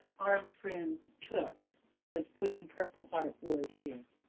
our friend took was putting purple heart wood here.